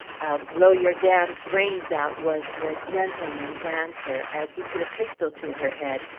i'll blow your damned brains out, was the gentleman's answer as he put a pistol to her head,